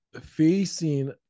facing